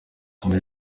muri